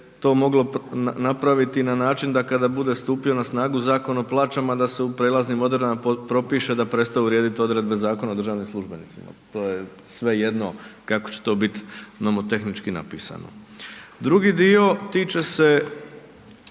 to je svejedno kako će to bit nomotehnički napisano. Drugi dio tiče se